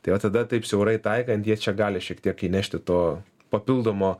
tai va tada taip siaurai taikant jie čia gali šiek tiek įnešti to papildomo